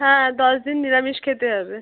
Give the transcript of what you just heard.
হ্যাঁ দশ দিন নিরামিষ খেতে হবে